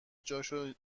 جاشو